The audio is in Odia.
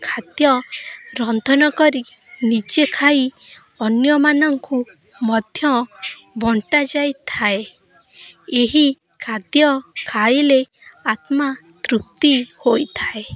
ଖାଦ୍ୟ ରନ୍ଧନ କରି ନିଜେ ଖାଇ ଅନ୍ୟମାନଙ୍କୁ ମଧ୍ୟ ବଣ୍ଟା ଯାଇଥାଏ ଏହି ଖାଦ୍ୟ ଖାଇଲେ ଆତ୍ମା ତୃପ୍ତି ହୋଇଥାଏ